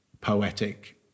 poetic